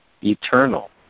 eternal